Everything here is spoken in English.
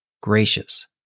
gracious